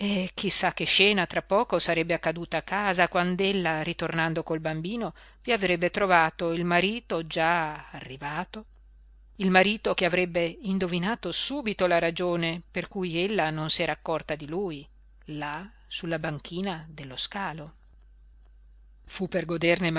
sa che scena tra poco sarebbe accaduta a casa quand'ella ritornando col bambino vi avrebbe trovato il marito già arrivato il marito che avrebbe indovinato subito la ragione per cui ella non s'era accorta di lui là sulla banchina dello scalo fu per goderne